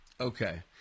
Okay